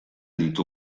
ditu